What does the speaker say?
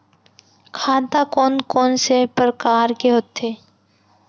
खाता कोन कोन से परकार के होथे?